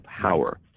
power